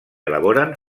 elaboren